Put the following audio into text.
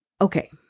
okay